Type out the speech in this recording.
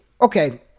Okay